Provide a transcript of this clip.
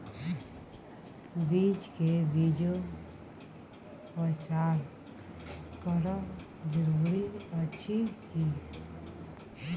बीज के बीजोपचार करब जरूरी अछि की?